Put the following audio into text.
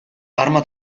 arma